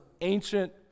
ancient